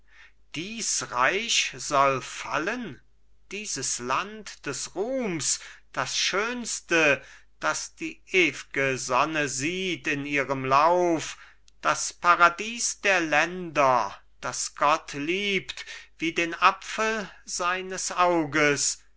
dies reich soll fallen dieses land des ruhms das schönste das die ewge sonne sieht in ihrem lauf das paradies der länder das gott liebt wie den apfel seines auges